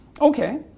Okay